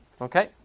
Okay